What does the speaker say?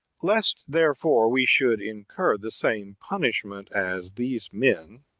lest, therefore, we should incur the same punish ment as these men,